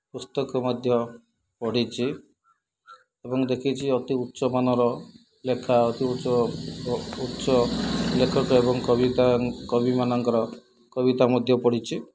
ପୁସ୍ତକ ମଧ୍ୟ ପଢ଼ିଛି ଏବଂ ଦେଖିଛି ଅତି ଉଚ୍ଚମାନର ଲେଖା ଅତି ଉଚ୍ଚ ଉଚ୍ଚ ଲେଖକ ଏବଂ କବିତା କବିମାନଙ୍କର କବିତା ମଧ୍ୟ ପଢ଼ିଛି